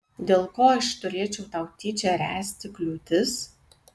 dėl ko aš turėčiau tau tyčia ręsti kliūtis